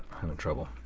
having trouble.